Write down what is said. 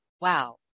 wow